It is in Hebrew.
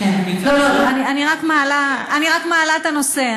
אני רק מעלה את הנושא.